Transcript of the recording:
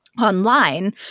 online